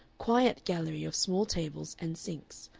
quiet gallery of small tables and sinks,